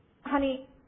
Honey